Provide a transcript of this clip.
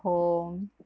home